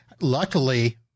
luckily